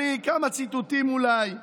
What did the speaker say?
כמה ציטוטים אולי,